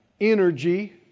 energy